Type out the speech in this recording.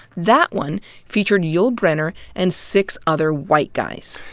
that one featured yul brynner and six other white guys.